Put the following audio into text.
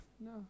No